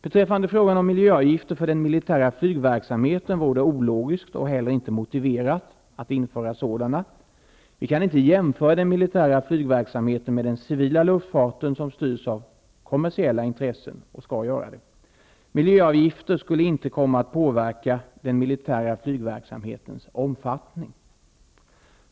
Beträffande frågan om miljöavgifter för den militära flygverksamheten vore det ologiskt och heller inte motiverat att införa sådana. Vi kan inte jämföra den militära flygverksamheten med den civila luftfarten, som styrs av kommersiella intressen och skall göra det. Miljöavgifter skulle inte komma att påverka den militära flygverksamhetens omfattning.